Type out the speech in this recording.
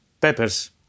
peppers